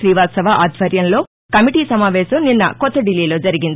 శీవాత్సవ ఆధ్వర్యంలో కమిటీ సమావేశం నిన్న కొత్త ఢిల్లీలో జరిగింది